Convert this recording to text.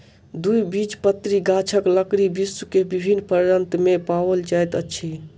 द्विबीजपत्री गाछक लकड़ी विश्व के विभिन्न प्रान्त में पाओल जाइत अछि